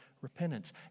repentance